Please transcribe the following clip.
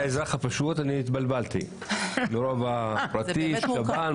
כאזרח הפשוט אני התבלבלתי מרוב הפרטים שב"ן,